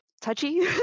touchy